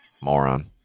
Moron